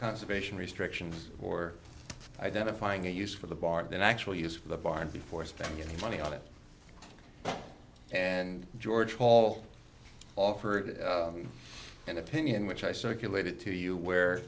conservation restrictions or identifying a use for the barn in actual use of the barn before spending your money on it and george hall offered an opinion which i circulated to you where